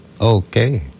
Okay